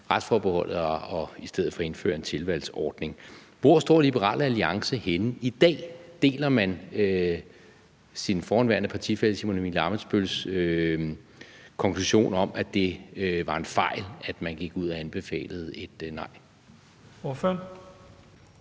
retsforbeholdet og i stedet for at indføre en tilvalgsordning. Hvor står Liberal Alliance henne i dag? Deler man sin forhenværende partifælle Simon Emil Ammitzbøll-Billes konklusion om, at det var en fejl, at man gik ud og anbefalede et nej?